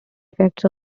effects